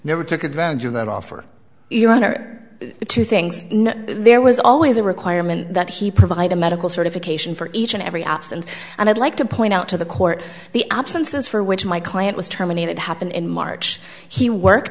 never took advantage of that offer you one or two things there was always a requirement that he provide a medical certification for each and every absence and i'd like to point out to the court the absences for which my client was terminated happened in march he work